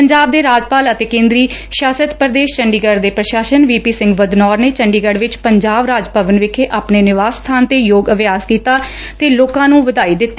ਪੰਜਾਬ ਦੇ ਰਾਜਪਾਲ ਅਤੇ ਕੇਂਦਰੀ ਸ਼ਾਸਤ ਪੁਦੇਸ਼ ਚੰਡੀਗੜ ਦੇ ਪੁਸ਼ਾਸਕ ਵੀਪੀ ਸਿੰਘ ਬਦਨੌਰ ਨੇ ਚੰਡੀਗੜ ਵਿੱਚ ਪੰਜਾਬ ਰਾਜ ਭਵਨ ਵਿਖੇ ਅਪਾਣੇ ਨਿਵਾਸ ਸਬਾਨ ਤੇ ਯੋਗ ਅਭਿਆਸ ਕੀਤਾ ਤੇ ਲੋਕਾਂ ਨੂੰ ਵਧਾਈ ਦਿੱਤੀ